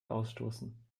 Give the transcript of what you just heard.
ausstoßen